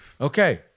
Okay